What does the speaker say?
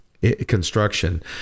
construction